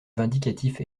vindicatif